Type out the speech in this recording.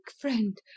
friend